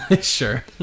Sure